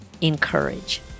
encourage